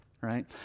right